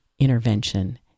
intervention